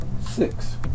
Six